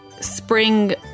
spring